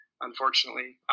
unfortunately